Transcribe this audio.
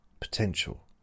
potential